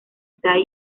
dyke